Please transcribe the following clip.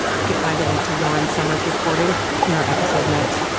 you can find a link to lauren sommer's reporting in our episode notes